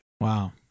Wow